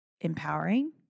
empowering